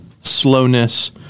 slowness